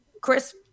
Chris